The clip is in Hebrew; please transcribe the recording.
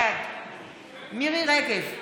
בעד מירי מרים רגב,